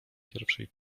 pierwszej